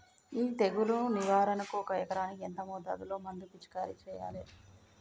ఈ తెగులు నివారణకు ఒక ఎకరానికి ఎంత మోతాదులో మందు పిచికారీ చెయ్యాలే?